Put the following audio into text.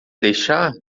deixar